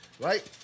Right